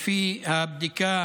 לפי הבדיקה